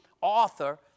author